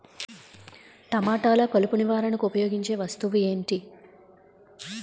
టమాటాలో కలుపు నివారణకు ఉపయోగించే వస్తువు ఏంటి?